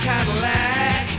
Cadillac